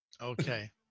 okay